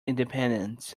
independence